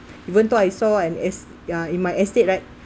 even though I saw an es~ ya in my estate right